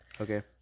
Okay